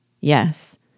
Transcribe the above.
Yes